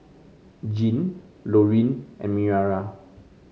Jeanne Lorene and Mariah